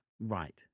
Right